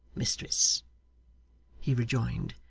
mistress he rejoined,